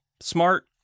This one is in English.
Smart